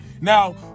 Now